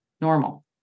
normal